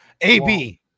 AB